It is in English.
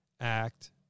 act